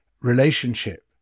relationship